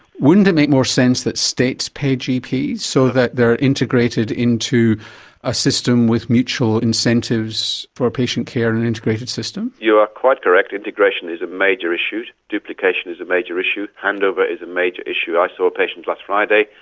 wouldn't it make more sense that states pay gps so that they're integrated into a system with mutual incentives for patient care in an integrated system? you are quite correct, integration is a major issue. duplication is a major issue, handover is a major issue. i saw a patient last friday,